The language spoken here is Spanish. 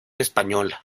española